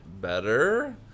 better